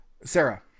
sarah